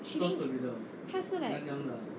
she 她是 like